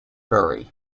bury